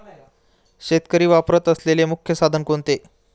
शेतकरी वापरत असलेले मुख्य साधन कोणते?